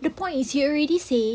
the point is he already say